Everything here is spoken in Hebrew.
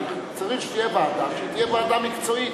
צריך שתהיה ועדה מקצועית